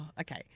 okay